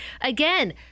again